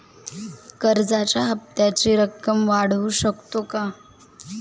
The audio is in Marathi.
कर्जाच्या हप्त्याची रक्कम वाढवू शकतो का?